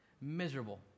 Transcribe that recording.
miserable